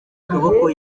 ukuboko